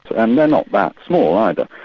and they're not that small either.